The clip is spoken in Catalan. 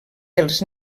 els